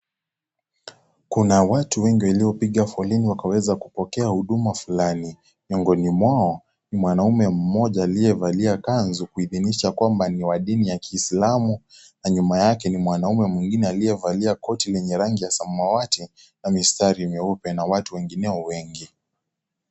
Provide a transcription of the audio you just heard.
Kuna watu wengi waliopiga foleni ili waweze kupokea huduma fulani. Miongoni mwao ni mwanamume mmoja aliyevalia kanzu kuidhinisha kwamba ni wa dini ya kiislamu. Na nyuma yake ni mwanaume mwingine aliyevalia koti lenye rangi ya samawati na misitari meupe. Na watu wengineo wengi.